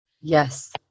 Yes